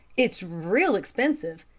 it's real expensive!